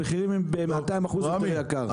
המחירים הם ב-200% יותר יקר.